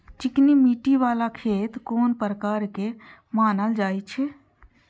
चिकनी मिट्टी बाला खेत कोन प्रकार के मानल जाय छै?